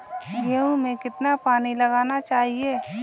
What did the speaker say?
गेहूँ में कितना पानी लगाना चाहिए?